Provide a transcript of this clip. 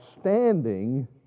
standing